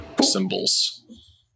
symbols